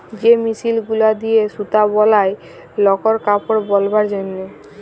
যে মেশিল গুলা দিয়ে সুতা বলায় লকর কাপড় বালাবার জনহে